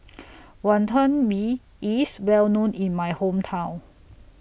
Wonton Mee IS Well known in My Hometown